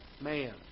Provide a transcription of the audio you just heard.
Man